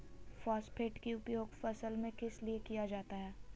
Phosphate की उपयोग फसल में किस लिए किया जाता है?